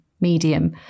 Medium